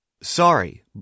Sorry